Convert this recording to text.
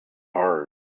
hard